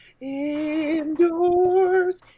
Indoors